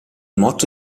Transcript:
motto